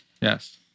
Yes